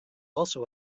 also